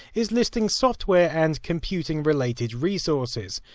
is listing software and computing related resources.